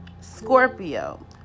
Scorpio